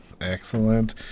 Excellent